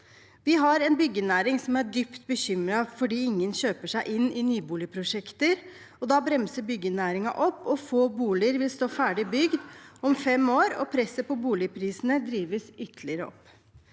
Vi har en byggenæring som er dypt bekymret fordi ingen kjøper seg inn i nyboligprosjekter. Da bremser byggenæringen opp, og få boliger vil stå ferdig bygd om fem år, og presset på boligprisene drives ytterligere opp.